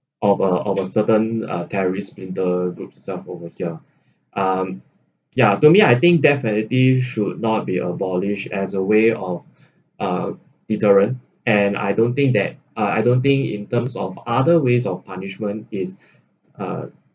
of a of a certain uh terrorists splinter group itself over here um ya to me I think death penalties should not be abolish as a way of uh deterrant and I don't think that uh I don't think in terms of other ways of punishment is uh